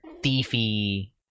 thiefy